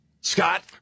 Scott